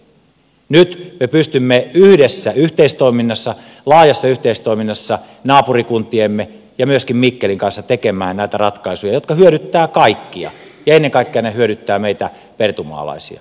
nyt me pystymme yhdessä laajassa yhteistoiminnassa naapurikuntiemme ja myöskin mikkelin kanssa tekemään näitä ratkaisuja jotka hyödyttävät kaikkia ja ennen kaikkea ne hyödyttävät meitä pertunmaalaisia